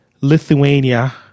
Lithuania